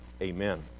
Amen